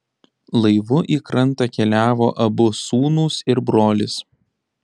laivu į krantą keliavo abu sūnūs ir brolis